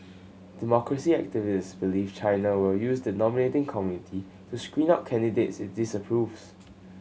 democracy activists believe China will use the nominating committee to screen out candidates it's disapproves